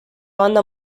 banda